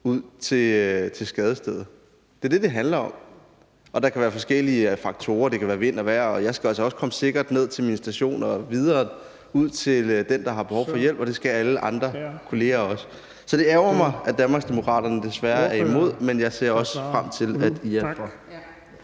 ud til skadestedet. Det er det, det handler om. Og der kan være forskellige faktorer. Det kan være vind og vejr, og jeg skal altså også komme sikkert ned til min station og videre ud til den, der har behov for hjælp, og det skal andre kolleger også. Så det ærgrer mig, at Danmarksdemokraterne desværre er imod det, men jeg ser også frem til, at I er for det.